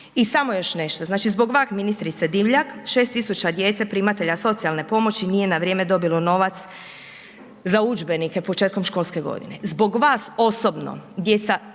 i samo još nešto, znači zbog vas ministrice Divjak 6000 djece primatelja socijalne pomoći nije na vrijeme dobilo novac za udžbenike početkom školske godine, zbog vas osobno djeca,